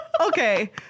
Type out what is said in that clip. Okay